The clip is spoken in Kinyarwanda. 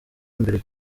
imbere